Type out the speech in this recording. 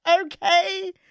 okay